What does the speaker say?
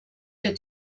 der